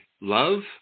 love